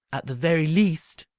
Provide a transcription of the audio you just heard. at the very least,